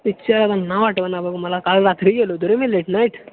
picture नाव आठवेना बघ मला काल रात्री गेलो होतो रे मी लेट नाईट